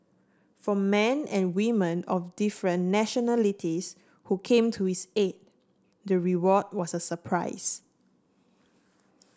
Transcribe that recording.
for men and women of different nationalities who came to his aid the reward was a surprise